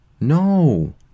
No